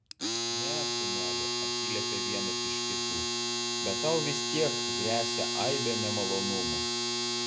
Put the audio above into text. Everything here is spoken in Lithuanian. ne sūneli atsiliepė vienas iš kitų bet tau vis tiek gresia aibė nemalonumų